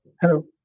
Hello